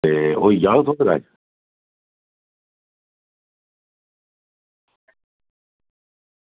ते होई जाह्ग